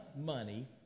money